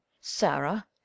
sarah